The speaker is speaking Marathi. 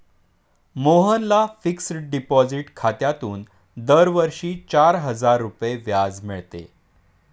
मोहनला फिक्सड डिपॉझिट खात्यातून दरवर्षी चार हजार रुपये व्याज मिळते